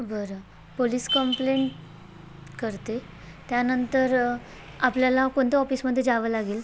बरं police complaint करते त्यानंतर आपल्याला कोणत्या ऑफिसमध्ये जावं लागेल